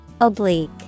Oblique